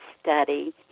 study